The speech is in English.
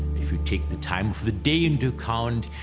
if you take the time of the day into account,